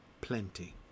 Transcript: plenty